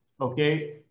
Okay